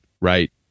right